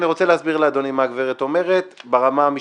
אני רוצה להסביר לאדוני מה הגברת אומרת ברמה המשפטית.